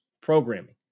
programming